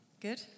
Good